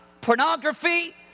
pornography